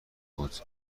بود